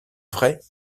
vraie